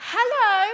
Hello